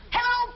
Hello